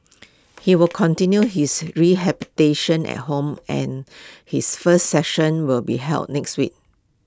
he will continue his re habitation at home and his first section will be held next week